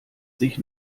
sich